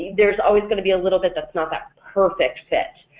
there's always going to be a little bit that's not that perfect fit.